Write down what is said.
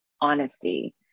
honesty